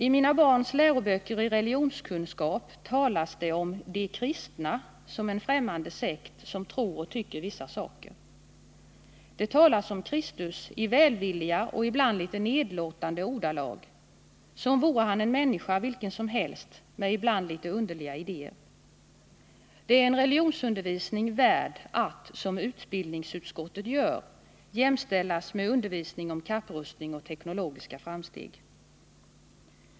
I mina barns läroböcker i religionskunskap talas det om ”de kristna” som en främmande sekt som tror och tycker vissa saker. Det talas om Kristus i välvilliga och ibland litet nedlåtande ordalag, som vore han en människa vilken som helst med ibland litet underliga idéer. Det är en religionsundervisning värd att, som utbildningsutskottet gör, jämställas med undervisning om kapprustning och teknologiska framsteg.